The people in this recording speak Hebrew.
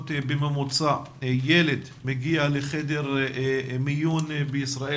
בממוצע ילד מגיע לחדר מיון בישראל,